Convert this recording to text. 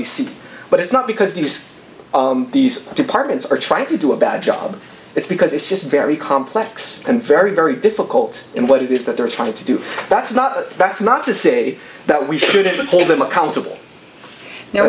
we see but it's not because these these departments are trying to do a bad job it's because it's just very complex and very very difficult in what it is that they're trying to do that's not that's not to say that we shouldn't hold them accountable no